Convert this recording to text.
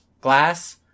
Glass